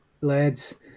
lads